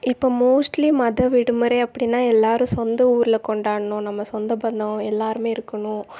இப்போ மோஸ்ட்லி மத விடுமுறை அப்படின்னா எல்லோரும் சொந்த ஊரில் கொண்டாடணும் நம்ம சொந்த பந்தம் எல்லாரும் இருக்கணும்